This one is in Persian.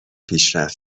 پیشرفت